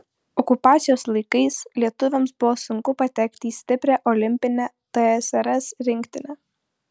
okupacijos laikais lietuviams buvo sunku patekti į stiprią olimpinę tsrs rinktinę